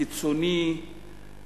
קיצוני,